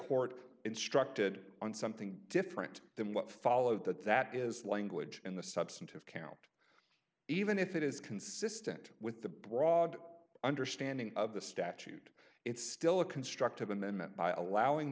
court instructed on something different than what followed that that is language in the substantive count even if it is consistent with the broad understanding of the statute it's still a constructive amendment by allowing